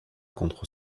contre